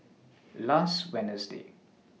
last Wednesday